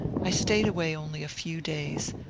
i staid away only a few days,